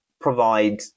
provide